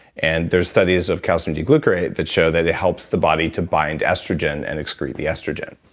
and there's studies of calcium dglucarate that show that it helps the body to bind estrogen and excrete the estrogen.